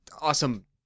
awesome